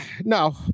No